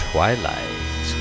Twilight